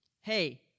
hey